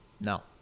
No